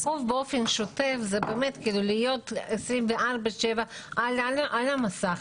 אבל לעקוב באופן שוטף זה באמת כאילו להיות 24/7 על המסך,